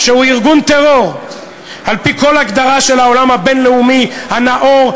שהוא ארגון טרור על-פי כל הגדרה של העולם הבין-לאומי הנאור,